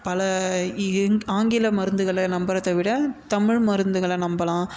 பல இங் ஆங்கில மருந்துகளை நம்புறத விட தமிழ் மருந்துகளை நம்பலாம்